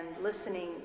listening